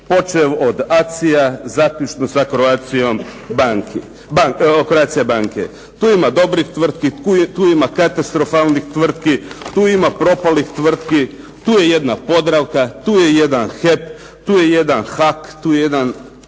počev od ACI-ja zaključno sa Croatia banke. Tu ima dobrih tvrtki, tu ima katastrofalnih tvrtki, tu ima propalih tvrtki, tu je jedna Podravka, tu je jedan HEP, tu je jedan HAK tu su Hrvatske